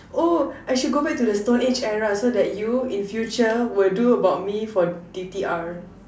oh I should go back to the stone age era so that you in future will do about me for D_T_R